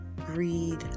Greed